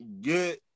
good